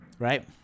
right